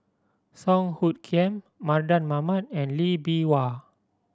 Song Hoot Kiam Mardan Mamat and Lee Bee Wah